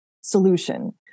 solution